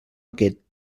aquest